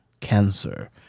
cancer